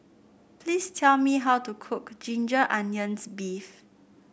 please tell me how to cook Ginger Onions beef